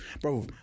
Bro